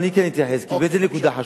אני כן אתייחס כי באמת זה נקודה חשובה.